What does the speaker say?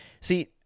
see